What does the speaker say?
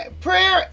prayer